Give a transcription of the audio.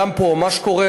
גם פה מה שקורה,